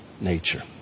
nature